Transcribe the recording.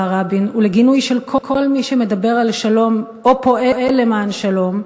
רבין ולגינוי של כל מי שמדבר על שלום או פועל למען שלום,